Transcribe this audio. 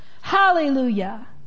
Hallelujah